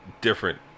different